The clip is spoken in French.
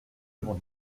monde